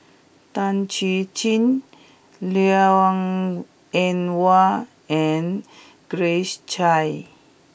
Tan Chuan Jin Liang Eng Hwa and Grace Chia